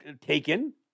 taken